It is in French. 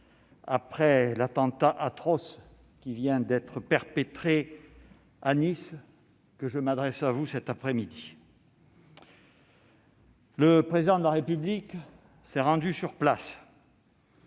après l'attentat atroce qui vient d'être perpétré à Nice, que je m'adresse à vous cet après-midi Le Président de la République s'est rendu sur place.